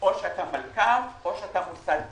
או אתה מלכ"ר או אתה מוסד כספי.